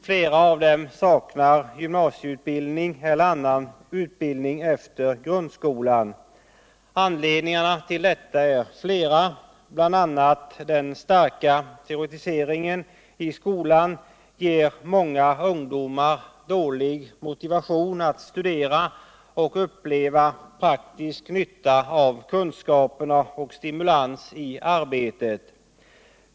Flera av dem saknar gymnasieutbildning eller annan utbildning efter grundskolan. Anledningarna till detta är flera. Bl.a. ger den starka teoretiseringen i skolan många ungdomar dålig motivation att studera, eftersom de inte får uppleva praktisk nytta av kunskaperna och därigenom inte får suumulans i arbetet.